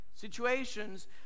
Situations